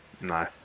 no